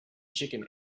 chicken